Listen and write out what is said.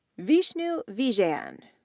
vishnu vijayan,